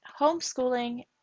homeschooling